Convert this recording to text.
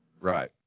right